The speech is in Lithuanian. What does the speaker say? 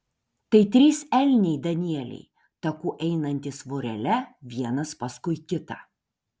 tai trys elniai danieliai taku einantys vorele vienas paskui kitą